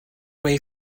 wave